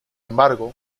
embargo